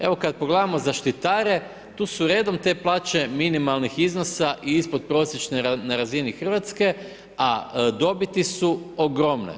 Evo kada pogledamo zaštitare, tu su redom te plaće minimalnih iznosa i ispod prosječne na razini Hrvatske, a dobiti su ogromne.